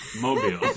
Mobile